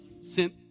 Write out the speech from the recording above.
sent